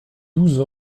douze